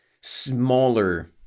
smaller